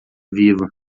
viva